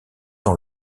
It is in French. dans